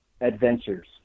adventures